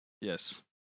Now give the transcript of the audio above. Yes